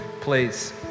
Please